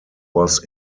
was